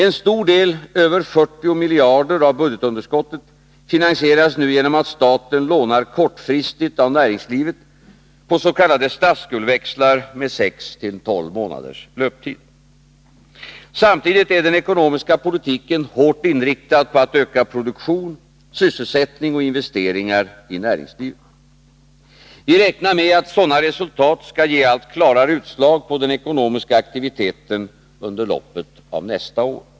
En stor del, över 40 miljarder, av budgetunderskottet finansieras nu genom att staten lånar kortfristigt av näringslivet på s.k. statsskuldväxlar med sex till tolv månaders löptid. Samtidigt är den ekonomiska politiken hårt inriktad på att öka produktion, sysselsättning och investeringar i näringslivet. Vi räknar med att sådana ansträngningar skall ge allt klarare utslag i den ekonomiska aktiviteten under loppet av nästa år.